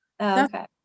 okay